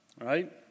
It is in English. right